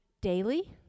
daily